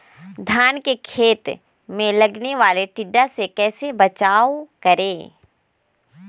धान के खेत मे लगने वाले टिड्डा से कैसे बचाओ करें?